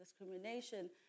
discrimination